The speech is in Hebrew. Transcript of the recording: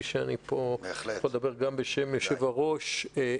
שאני פה יכול לדבר גם בשם יושב הראש,